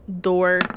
door